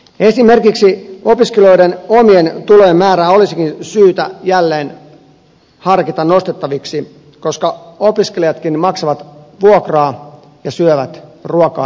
esimerkiksi opiskelijoiden omien tulojen määrää olisikin syytä jälleen harkita nostettavaksi koska opiskelijatkin maksavat vuokraa ja syövät ruokaa nälkäänsä